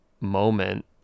moment